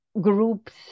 groups